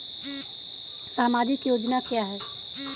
सामाजिक योजना क्या है?